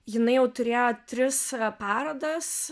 jinai jau turėjo tris parodas